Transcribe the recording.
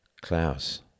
Klaus